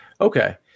Okay